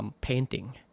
painting